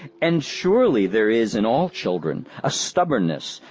and surely there is in all children a stubbornness,